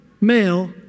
male